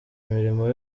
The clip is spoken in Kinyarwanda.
imirimo